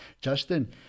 Justin